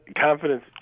confidence